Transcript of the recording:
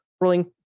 rolling